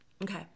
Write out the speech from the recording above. Okay